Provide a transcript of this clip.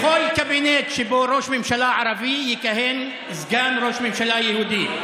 בכל קבינט שבו ראש ממשלה ערבי יכהן סגן ראש ממשלה יהודי.